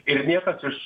ir niekas iš